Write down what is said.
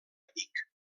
èpic